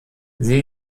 sie